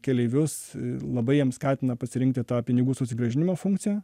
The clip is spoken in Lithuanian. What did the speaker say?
keleivius labai jiems skatina pasirinkti tą pinigų susigrąžinimo funkciją